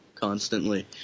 constantly